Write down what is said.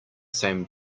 same